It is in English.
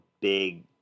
big